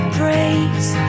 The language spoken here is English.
praise